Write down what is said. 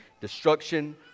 destruction